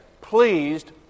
pleased